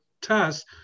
test